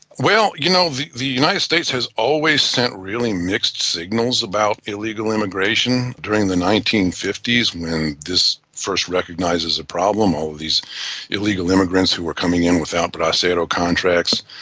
well, you know the the united states has always sent really mixed signals about illegal immigration. during the nineteen fifty s when this was first recognised as a problem, all these illegal immigrants who were coming in without bracero contracts,